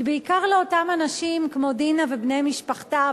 בעיקר לאנשים כמו דינה ובני משפחתה,